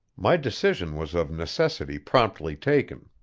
my decision was of necessity promptly taken.